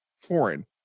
foreign